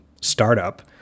startup